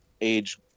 age